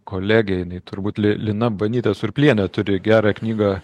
kolegė jinai turbūt li lina banytė surplienė turi gerą knygą